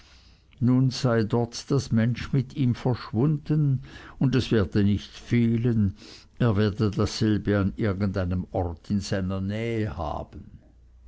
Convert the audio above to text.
nun sei dort das mensch mit ihm verschwunden und es werde nicht fehlen er werde dasselbe an irgend einem orte in seiner nähe haben